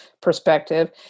perspective